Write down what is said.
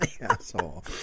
asshole